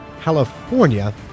California